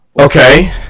Okay